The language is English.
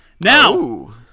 now